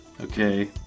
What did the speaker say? Okay